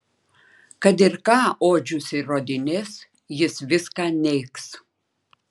kad ir ką odžius įrodinės jis viską neigs